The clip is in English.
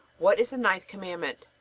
what is the ninth commandment?